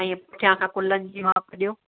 ऐं पुठियां जी कुल्हनि जी मापु ॾियो